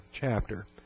chapter